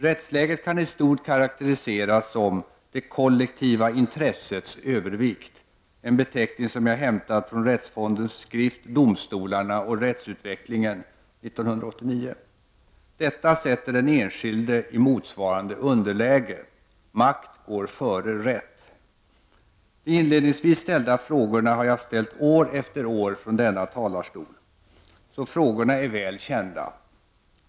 Rättsläget kan i stort karakteriseras som ”det kollektiva intressets övervikt”, en beteckning som jag hämtat från Rättsfondens skrift ”Domstolarna och rättsutvecklingen”, 1989. Detta sätter den enskilde i motsvarande underläge. Makt går före rätt. De inledningsvis ställda frågorna har jag ställt år efter år från denna talarstol. Så frågorna är väl kända.